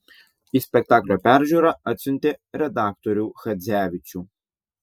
į spektaklio peržiūrą atsiuntė redaktorių chadzevičių